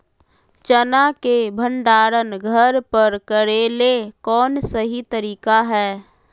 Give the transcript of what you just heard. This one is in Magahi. चना के भंडारण घर पर करेले कौन सही तरीका है?